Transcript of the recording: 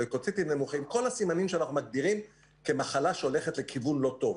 כל הסימנים שאנחנו מגדירים כמחלה שהולכת לכיוון לא טוב.